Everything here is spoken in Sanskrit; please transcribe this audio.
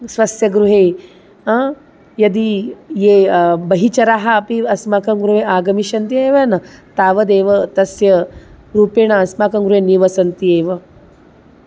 स्वस्य गृहे हा यदि ये बहिश्चराः अपि अस्माकं गृहे आगमिष्यन्ति एव न तावदेव तस्य रूपेण अस्माकं गृहे निवसन्ति एव